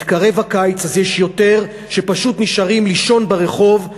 מתקרב הקיץ אז יש יותר שפשוט נשארים לישון ברחוב,